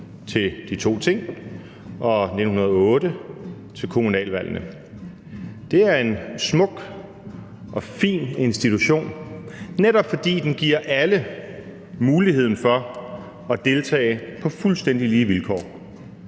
og fra 1908 til kommunalvalgene. Det er en smuk og fin institution, netop fordi den giver alle muligheden for at deltage på fuldstændig lige vilkår.